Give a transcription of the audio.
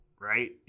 right